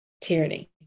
tyranny